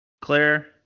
Claire